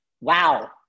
Wow